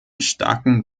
starkem